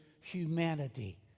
humanity